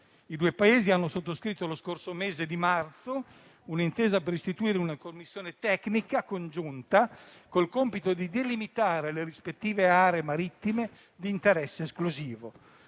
I due Paesi hanno sottoscritto lo scorso mese di marzo un'intesa per istituire una commissione tecnica congiunta, col compito di delimitare le rispettive aree marittime d'interesse esclusivo.